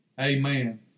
Amen